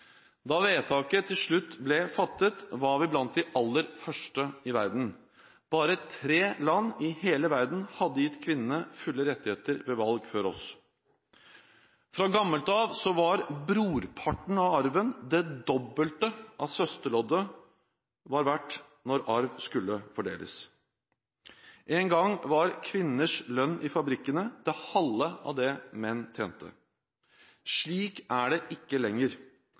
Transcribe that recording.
Da vedtaket til slutt ble fattet, var vi blant de aller første i verden. Bare tre land i hele verden hadde gitt kvinnene fulle rettigheter ved valg før oss. Fra gammelt av var «brorparten av arven» det dobbelte av det søsterloddet var verdt når arv skulle fordeles. En gang var kvinners lønn i fabrikkene det halve av det menn tjente. Slik er det ikke lenger,